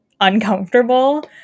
uncomfortable